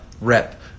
Rep